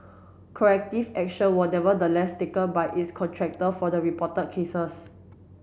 corrective action were nevertheless taken by its contractor for the reported cases